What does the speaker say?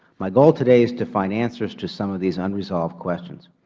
my goal today is to find answers to some of these unresolved questions.